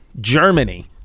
Germany